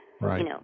Right